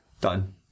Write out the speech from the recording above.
done